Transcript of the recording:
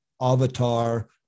avatar